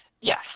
Yes